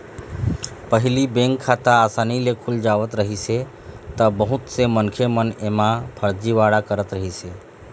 पहिली बेंक खाता असानी ले खुल जावत रहिस हे त बहुत से मनखे मन एमा फरजीवाड़ा करत रहिस हे